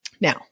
Now